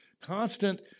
constant